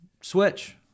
switch